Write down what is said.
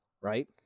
right